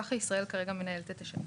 ככה ישראל כרגע מנהלת את השטח.